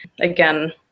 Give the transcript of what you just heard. Again